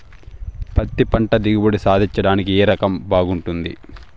పత్తి పంట దిగుబడి సాధించడానికి ఏ రకం బాగుంటుంది?